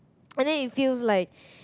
and then it feels like